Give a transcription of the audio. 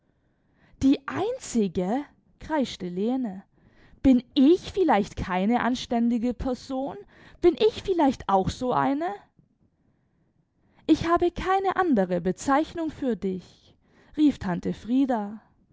die einzige kreischte lene bin ich vielleicht keine anständige person bin ich vielleicht auch so eine ich habe keine andere bezeichnung für dich rief tante frieda